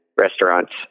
restaurants